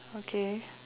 okay